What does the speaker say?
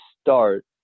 start